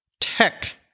tech